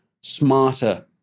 smarter